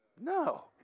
no